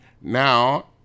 Now